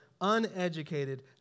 uneducated